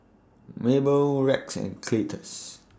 Mable Rex and Cletus